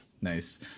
Nice